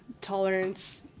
tolerance